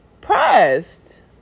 pressed